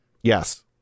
Yes